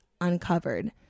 uncovered